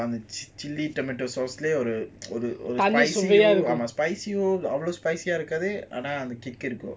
அந்த:andha chill tomato sauce அவ்ளோ:avlo spicy ah இருக்காதுஆனாஅந்த:irukathu ana andha kick இருக்கும்:irukkum